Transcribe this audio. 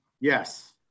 Yes